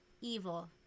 evil